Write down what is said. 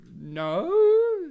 No